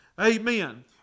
Amen